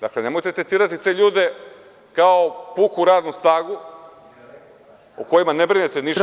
Dakle, nemojte tretirati te ljude kao puku radnu snagu, o kojima ne brinete ništa.